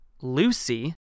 Lucy